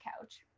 couch